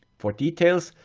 for details,